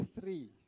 three